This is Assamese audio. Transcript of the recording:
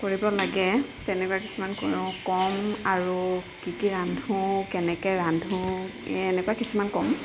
কৰিব লাগে তেনেকুৱা কিছুমান ক'ম আৰু কি কি ৰান্ধো কেনেকৈ ৰান্ধো এনেকুৱা কিছুমান ক'ম